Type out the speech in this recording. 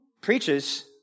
preaches